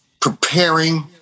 preparing